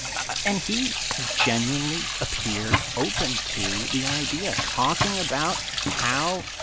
and he genuinely appeared open to the idea, talking about how,